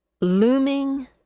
looming